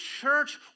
church